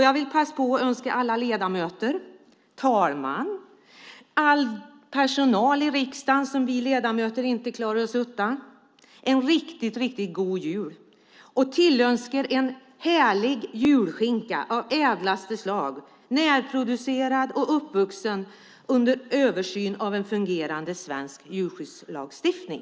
Jag vill passa på att önska alla ledamöter, talmän och all personal i riksdagen som vi ledamöter inte klarar oss utan en riktigt god jul. Jag tillönskar er en härlig julskinka av ädlaste slag, närproducerad och från en gris uppvuxen under översyn av en fungerande svensk djurskyddslagstiftning.